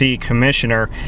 commissioner